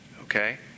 Okay